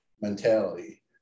mentality